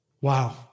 wow